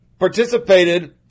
participated